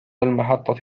المحطة